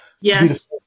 Yes